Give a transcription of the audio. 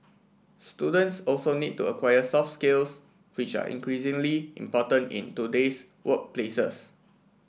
students also need to acquire soft skills which are increasingly important in today's workplaces